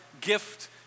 gift